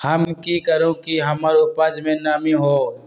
हम की करू की हमार उपज में नमी होए?